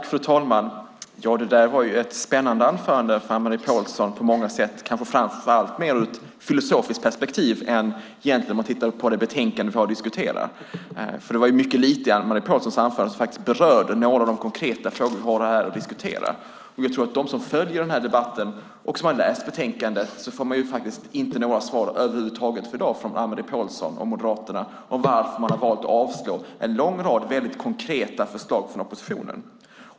Fru talman! Det var ett på många sätt spännande anförande av Anne-Marie Pålsson, kanske mer utifrån ett filosofiskt perspektiv än utifrån dagens betänkande. Det var mycket lite i hennes anförande som berörde de konkreta frågor vi i dag har att diskutera. De som följer debatten och har läst betänkandet tror jag inte i dag får några svar över huvud taget från Anne-Marie Pålsson och Moderaterna beträffande varför man valt att avslå en lång rad konkreta förslag från oppositionen.